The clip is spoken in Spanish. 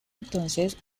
entonces